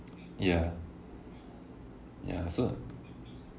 ya ya so